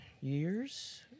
years